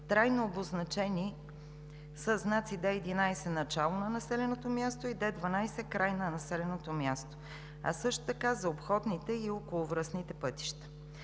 трайно обозначени със знаци Д11 „Начало на населеното място“, и Д12 „Край на населеното място“, а също така за обходните и околовръстните пътища.